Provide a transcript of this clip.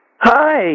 Hi